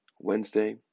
Wednesday